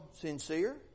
sincere